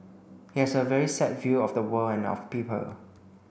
he has a very set view of the world and of people